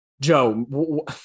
Joe